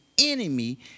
enemy